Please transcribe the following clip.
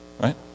right